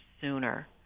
sooner